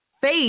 Faith